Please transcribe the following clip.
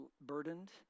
burdened